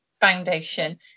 foundation